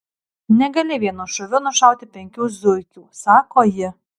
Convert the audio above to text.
negali vienu šūviu nušauti penkių zuikių sako ji